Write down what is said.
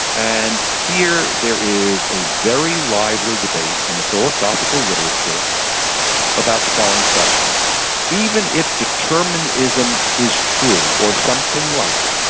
and here there is a very lively debate in the philosophical literature about the following question even if determinism is true or something like it,